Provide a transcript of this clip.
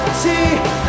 See